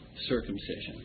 circumcision